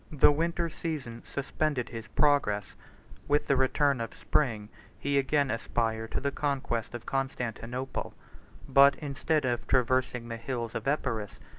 the winter season suspended his progress with the return of spring he again aspired to the conquest of constantinople but, instead of traversing the hills of epirus,